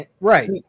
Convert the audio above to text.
Right